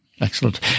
Excellent